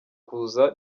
kuzana